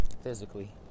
physically